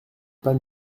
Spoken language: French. pas